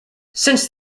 since